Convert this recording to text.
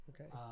Okay